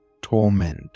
torment